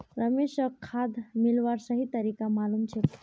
रमेशक खाद मिलव्वार सही तरीका मालूम छेक